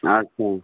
ଆଚ୍ଛା